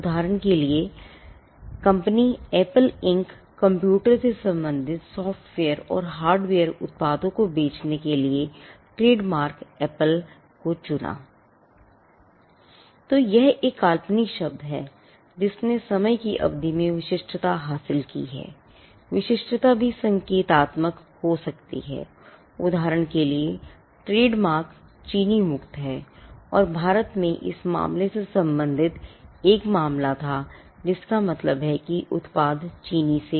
तो यह एक काल्पनिक शब्द है जिसने समय की अवधि में विशिष्टता हासिल कर ली है